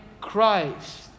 Christ